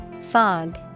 Fog